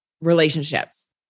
relationships